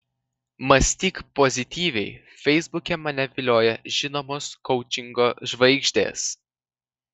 mąstyk pozityviai feisbuke mane vilioja žinomos koučingo žvaigždės